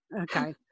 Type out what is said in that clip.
Okay